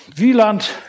Wieland